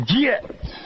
get